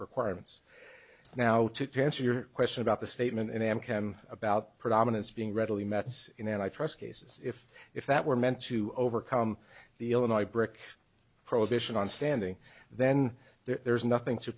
requirements now to answer your question about the statement in am can about predominance being readily methods in an i trust cases if if that were meant to overcome the illinois brick prohibition on standing then there's nothing to